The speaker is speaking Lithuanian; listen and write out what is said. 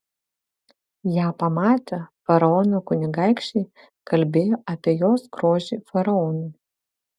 ją pamatę faraono kunigaikščiai kalbėjo apie jos grožį faraonui